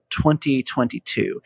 2022